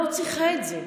היא לא צריכה את זה.